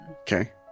Okay